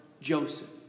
Joseph